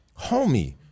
homie